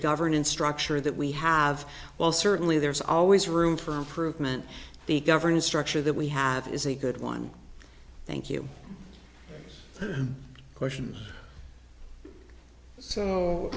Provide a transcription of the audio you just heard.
governance structure that we have well certainly there is always room for improvement the governance structure that we have is a good one thank you question so